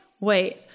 wait